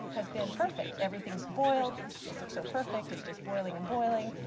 has been perfect. everything's boiled, this look so perfect. it's just boiling and boiling.